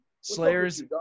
Slayer's